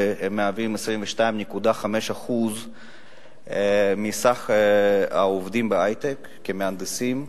והם מהווים 22.5% מסך העובדים בהיי-טק כמהנדסים,